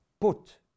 put